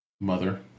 mother